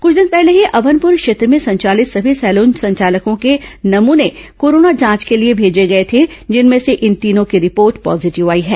कुछ दिन पहले ही अमनपर क्षेत्र में संचालित सभी सैलून संचालकों के नमूने कोरोना जाँच के लिए भेजे गए थे जिनमें से इन तीनों की रिपोर्ट पॉजीटिव आई है